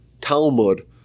Talmud